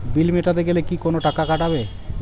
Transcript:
বিল মেটাতে গেলে কি কোনো টাকা কাটাবে?